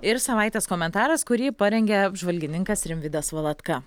ir savaitės komentaras kurį parengė apžvalgininkas rimvydas valatka